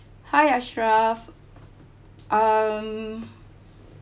hi ashraff um